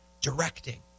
directing